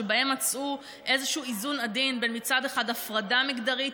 שבהם מצאו איזשהו איזון עדין בין מצד אחד הפרדה מגדרית,